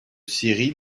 série